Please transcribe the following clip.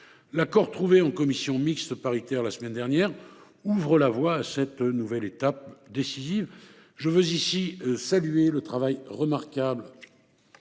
L’accord trouvé en commission mixte paritaire la semaine dernière ouvre la voie à cette nouvelle étape décisive. Je veux ici saluer le travail remarquable